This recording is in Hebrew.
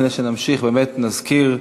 לפני שנמשיך באמת נזכיר: